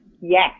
Yes